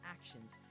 actions